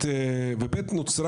נוצר